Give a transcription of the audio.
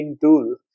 tool